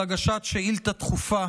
של הגשת שאילתה דחופה